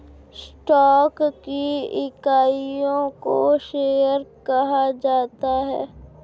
stock की इकाइयों को शेयर कहा जाता है